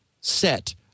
set